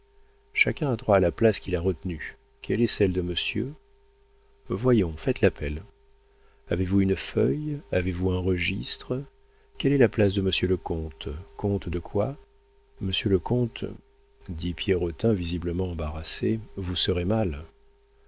chacun a droit à la place qu'il a retenue quelle est celle de monsieur voyons faites l'appel avez-vous une feuille avez-vous un registre quelle est la place de monsieur lecomte comte de quoi monsieur le comte dit pierrotin visiblement embarrassé vous serez mal